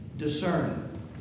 Discern